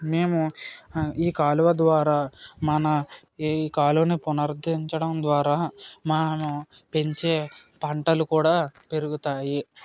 మేము ఈ కాలువ ద్వారా మన ఈ కాలువను పునరుద్ధరించడం ద్వారా మనం పెంచే పంటలు కూడా పెరుగుతాయి